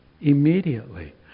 immediately